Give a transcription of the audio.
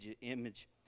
image